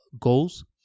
goals